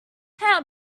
how